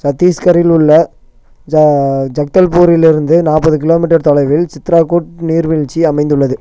சத்தீஸ்கரில் உள்ள ஜக்தல்பூரில் இருந்து நாற்பது கிலோமீட்டர் தொலைவில் சித்ரகூட் நீர்வீழ்ச்சி அமைந்துள்ளது